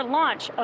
launch